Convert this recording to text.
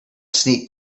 sneaked